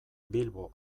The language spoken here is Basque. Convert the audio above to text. bilbo